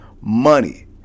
money